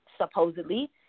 supposedly